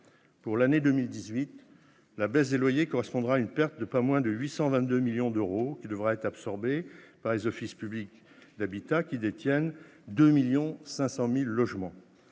Pour l'année 2018, la baisse des loyers correspondra à une perte de pas moins de 822 millions d'euros, qui devra être absorbée par les 254 offices publics de l'habitat qui détiennent 2,5 millions de logements.